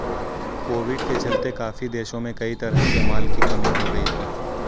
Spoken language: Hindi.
कोविड के चलते काफी देशों में कई तरह के माल की कमी हो गई थी